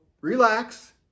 relax